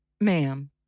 Ma'am